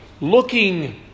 looking